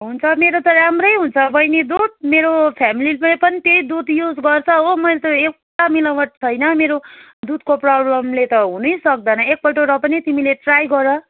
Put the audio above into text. हुन्छ मेरो त राम्रै हुन्छ बैनी दुध मेरो फ्यामिलीले पनि त्यै दुध युज गर्छ हो मैले त एउटा मिलावट छैन मेरो दुधको प्रोब्लमले त हुनैसक्दैन एकपल्ट र पनि तिमीले ट्राई गर